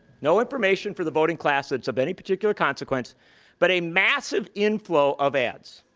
no information for the voting class that's of any particular consequence but a massive inflow of ads.